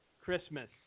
Christmas